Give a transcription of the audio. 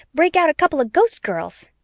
break out a couple of ghostgirls.